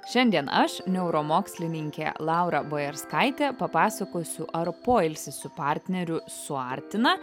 šiandien aš neuromokslininkė laura bojarskaitė papasakosiu ar poilsis su partneriu suartina